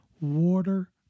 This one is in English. water